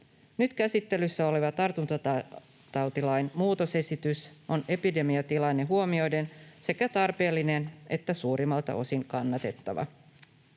Nyt käsittelyssä oleva tartuntatautilain muutosesitys on epidemiatilanne huomioiden sekä tarpeellinen että suurimmalta osin kannatettava.